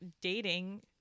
dating